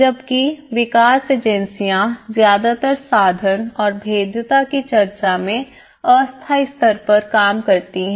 जबकि विकास एजेंसियां ज्यादातर साधन और भेद्यता की चर्चा में अस्थायी स्तर पर काम करती हैं